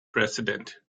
president